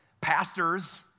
pastors